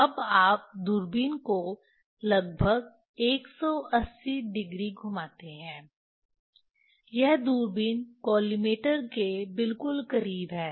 अब आप दूरबीन को लगभग 180 डिग्री घुमाते हैं यह दूरबीन कॉलिमेटर के बिल्कुल करीब है